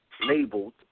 labeled